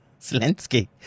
Zelensky